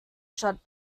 shut